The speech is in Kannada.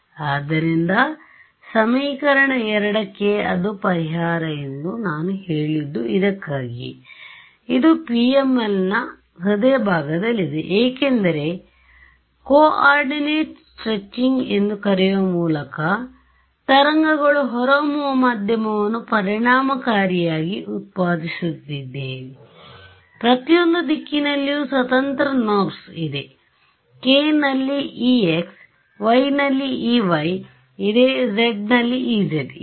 ಆದ್ದರಿಂದ ಸಮೀಕರಣ 2 ಕ್ಕೆ ಇದು ಪರಿಹಾರ ಎಂದು ನಾನು ಹೇಳಿದ್ದು ಇದಕ್ಕಾಗಿಯೇ ಇದು PML ನ ಹೃದಯಭಾಗದಲ್ಲಿದೆ ಏಕೆಂದರೆ ಕೋಆರ್ಡಿನೇಟ್ ಸ್ಟ್ರೆಚಿಂಗ್ ಎಂದು ಕರೆಯುವ ಮೂಲಕ ತರಂಗಗಳು ಹೊರಹೊಮ್ಮುವ ಮಾಧ್ಯಮವನ್ನು ಪರಿಣಾಮಕಾರಿಯಾಗಿ ಉತ್ಪಾದಿಸುತ್ತಿದ್ದೇನೆ ಪ್ರತಿಯೊಂದು ದಿಕ್ಕಿನಲ್ಲಿಯೂ ಸ್ವತಂತ್ರ ನೋಬ್ಸ್ knobsಇದೆ x ನಲ್ಲಿ ex y ನಲ್ಲಿ ey ಇದೆ z ನಲ್ಲಿ ez ಇದೆ